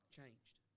changed